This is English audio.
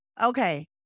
Okay